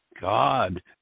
God